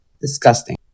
Disgusting